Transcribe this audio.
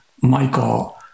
Michael